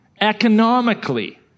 economically